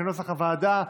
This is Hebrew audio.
כנוסח הוועדה,